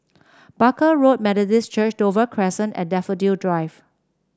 Barker Road Methodist Church Dover Crescent and Daffodil Drive